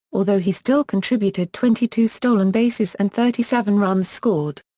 although he still contributed twenty two stolen bases and thirty seven runs scored.